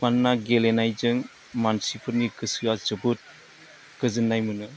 मानोना गेलेनायजों मानसिफोरनि गोसोआ जोबोद गोजोननाय मोनो